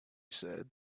said